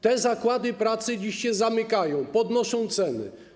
Te zakłady pracy dziś się zamykają, podnoszą ceny.